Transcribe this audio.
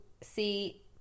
see